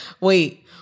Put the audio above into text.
Wait